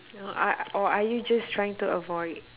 or are or are you just trying to avoid